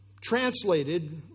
translated